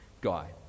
guy